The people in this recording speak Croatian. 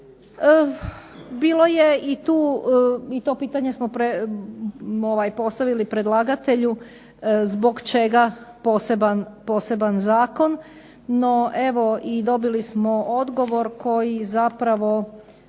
Bilo je i tu i to pitanje smo postavili predlagatelju zbog čega poseban zakon. No evo i dobili smo odgovor koji zapravo